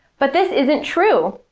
but, this isn't true!